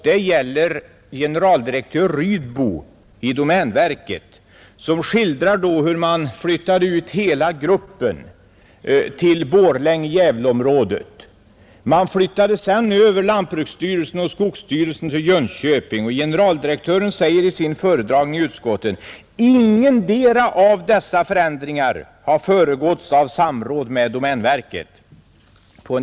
Det gäller generaldirektör Rydbo i domänverket, som skildrar hur man flyttade ut hela gruppen statliga verk till Borlänge—Gävle-området. Man flyttade sedan över lantbruksstyrelsen och skogsstyrelsen till Jönköping. Generaldirektören säger i sin föredragning i utskottet: Ingendera av dessa förändringar har föregåtts av samråd med domänverket.